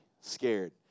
scared